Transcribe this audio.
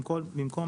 במקום